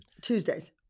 Tuesdays